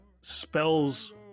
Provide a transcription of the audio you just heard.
spells